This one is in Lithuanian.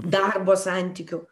darbo santykių